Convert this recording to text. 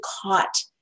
caught